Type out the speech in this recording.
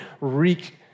wreak